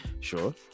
sure